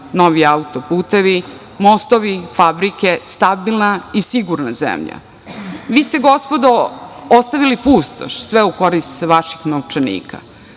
novi autoputevi, mostovi, fabrike, stabilna i sigurna zemlja. Vi ste gospodo ostavili pustoš sve u korist vaših novčanika.